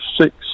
six